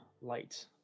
light